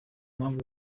mpamvu